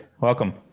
Welcome